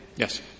Yes